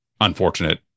unfortunate